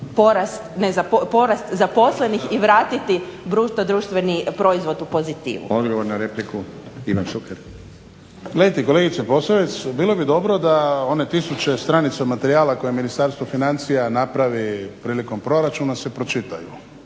porast zaposlenih i vratiti BDP u pozitivu. **Stazić, Nenad (SDP)** Odgovor na repliku Ivan Šuker. **Šuker, Ivan (HDZ)** Vidite kolegice Posavec bilo bi dobro da one tisuće stranica materijala koje je Ministarstvo financija napravi prilikom proračuna se pročitaju